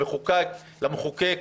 למחוקק,